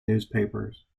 newspapers